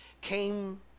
came